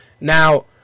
Now